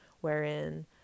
wherein